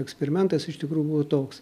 eksperimentas iš tikrųjų buvo toks